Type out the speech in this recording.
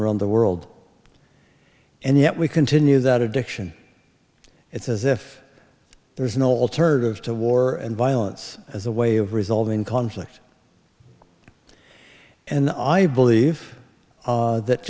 around the world and yet we continue that addiction it's as if there is no alternative to war and violence as a way of resolving conflict and i believe that